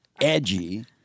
edgy